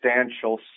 substantial